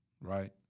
right